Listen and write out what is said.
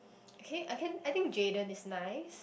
okay I can I think Jayden is nice